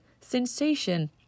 sensation